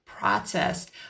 Processed